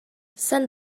send